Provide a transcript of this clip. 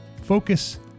focus